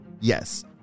Yes